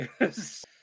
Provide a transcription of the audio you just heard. yes